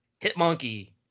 Hitmonkey